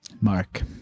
Mark